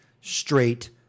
straight